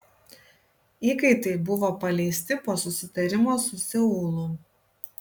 įkaitai buvo paleisti po susitarimo su seulu